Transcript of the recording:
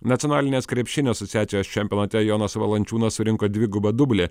nacionalinės krepšinio asociacijos čempionate jonas valančiūnas surinko dvigubą dublį